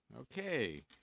Okay